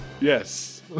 yes